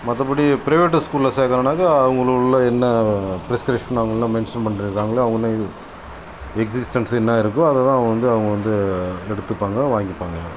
மற்றபடி பிரைவேட் ஸ்கூலில் சேர்க்கணுன்னாக்கா அவர்களுக்குள்ள என்ன ப்ரிஸ்க்ரிப்ஷனில் அவங்க என்ன மென்ஸன் பண்ணியிருக்காங்களோ அவங்களே எக்சிஸ்டன்சி என்ன இருக்கோ அதை தான் வந்து அவங்க வந்து எடுத்துப்பாங்க வாங்கிப்பாங்க